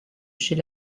chez